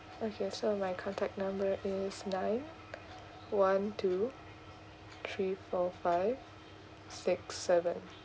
okay so my contact number is nine one two three four five six seven